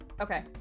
Okay